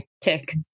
tick